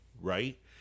right